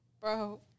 Bro